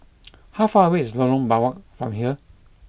how far away is Lorong Biawak from here